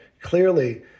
clearly